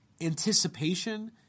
anticipation